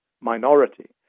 minority